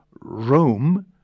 Rome